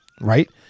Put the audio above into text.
right